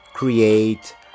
create